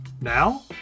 Now